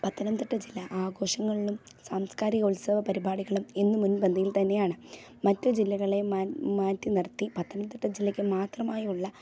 പത്തനംതിട്ട ജില്ലാ ആഘോഷങ്ങളിലും സാംസ്കാരിക ഉത്സവ പരിപാടികളും എന്നും മുൻപന്തിയിൽ തന്നെയാണ് മറ്റു ജില്ലകളെ മാറ്റി നിർത്തി പത്തനംതിട്ട ജില്ലക്ക് മാത്രമായുള്ള